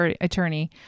attorney